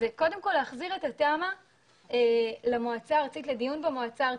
זה קודם כל להחזיר את התמ"א לדיון במועצה הארצית,